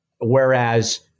whereas